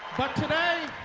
but today,